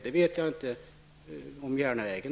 Det gäller inte ens järnvägen.